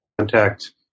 contact